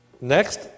Next